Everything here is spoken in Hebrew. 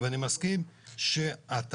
אני מסכים שהתכלית